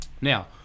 Now